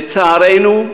לצערנו,